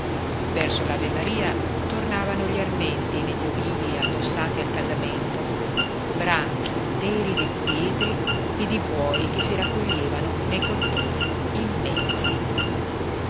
alberi verso l'avemaria tornavano gli armenti negli ovili addossati al casamento branchi interi di puledri e di buoi che si raccoglievano nei cortili immensi